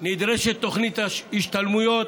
נדרשת תוכנית השתלמויות,